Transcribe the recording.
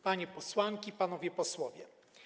Panie Posłanki i Panowie Posłowie!